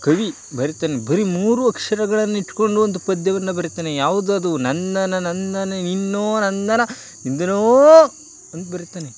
ಕವಿ ಬರಿತಾನೆ ಬರಿ ಮೂರು ಅಕ್ಷರಗಳನ್ನಿಟ್ಟುಕೊಂಡು ಒಂದು ಪದ್ಯವನ್ನು ಬರೀತಾನೆ ಯಾವುದದು ನಂದನ ನಂದನ ನಿನ್ನೋ ನಂದನ ನಿಂದನೋ ಅಂತ ಬರೀತಾನೆ